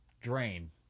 drain